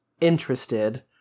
interested